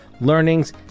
learnings